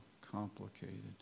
complicated